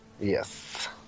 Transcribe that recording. Yes